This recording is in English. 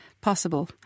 possible